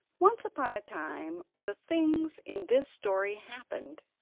once upon a time the things in this story happened,